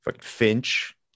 finch